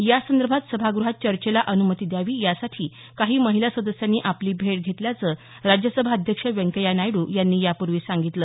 यासंदर्भात सभाग्रहात चर्चेला अनुमती द्यावी यासाठी काही महिला सदस्यांनी आपली भेट घेतल्याचं राज्यसभा अध्यक्ष व्यंकय्या नायडू यांनी यापूर्वी सांगितलं